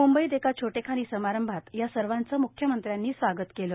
मुंबईत एका छोटेखानी समारंभात या सर्वांचं मुख्यमंत्र्यांनी स्वागत केलं